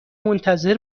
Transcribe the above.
منتظر